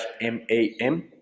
M-A-M